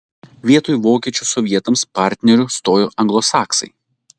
vietoj vokiečių sovietams partneriu stojo anglosaksai